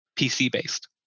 PC-based